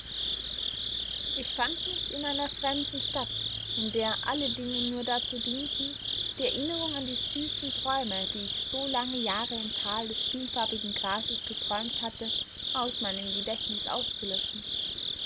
ich fand mich in einer fremden stadt in der alle dinge nur dazu dienten die erinnerung an die süßen träume die ich so lange jahre im tal des vielfarbigen grases geträumt hatte aus meinem gedächtnis auszulöschen